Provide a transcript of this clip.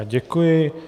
Děkuji.